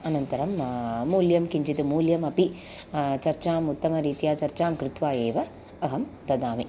अनन्तरं मूल्यं किञ्चित् मूल्यमपि चर्चाम् उत्तमरीत्या चर्चां कृत्वा एव अहं ददामि